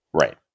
Right